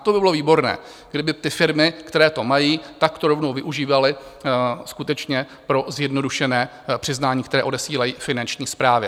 To by bylo výborné, kdyby ty firmy, které to mají, to rovnou využívaly skutečně pro zjednodušené přiznání, které odesílají Finanční správě.